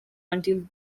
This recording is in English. until